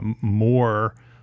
more